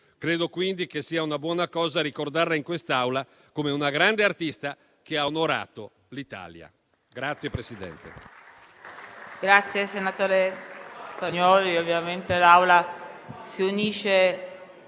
Credo quindi che sia una buona cosa ricordarla in quest'Aula come una grande artista che ha onorato l'Italia.